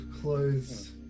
clothes